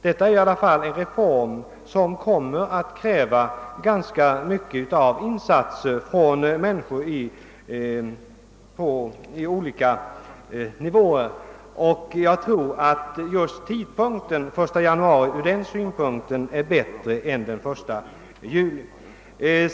Detta är i alla fall en reform som kommer att kräva ganska stora insatser av människor på olika nivåer, och jag tror att den 1 januari från den synpunkten är en bättre tidpunkt än den 1 juli.